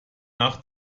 nach